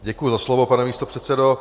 Děkuji za slovo, pane místopředsedo.